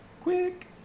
quick